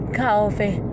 coffee